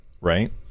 right